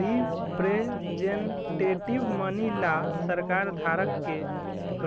representative money ला सरकार धारक के